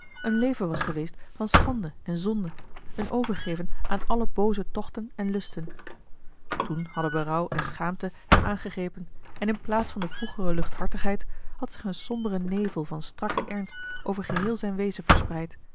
een leven was geweest van schande en zonde een overgeven aan alle booze tochten en lusten toen hadden berouw en schaamte hem aangegrepen en in plaats van de vroegere luchthartigheid had zich een sombere nevel van strakken ernst over geheel zijn wezen verspreid